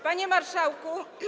Panie Marszałku!